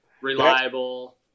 reliable